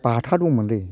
बाथा दंमोनलै